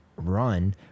run